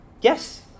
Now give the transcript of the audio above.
yes